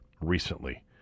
recently